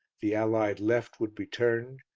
the allied left would be turned,